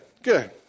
Good